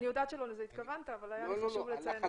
אני יודעת שלא לזה התכוונת אבל היה לי חשוב לציין את זה.